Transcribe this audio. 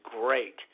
great